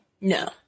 No